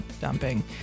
dumping